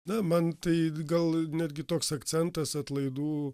na man tai gal netgi toks akcentas atlaidų